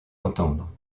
entendre